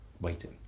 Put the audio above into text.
waiting